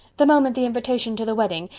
the moment the invitation to the wedding.